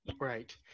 Right